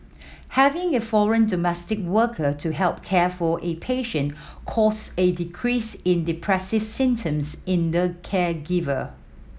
having a foreign domestic worker to help care for a patient caused a decrease in depressive symptoms in the caregiver